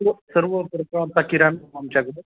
स सर्व प्रकारचा किराणा आमच्याकडे